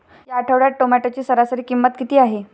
या आठवड्यात टोमॅटोची सरासरी किंमत किती आहे?